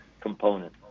component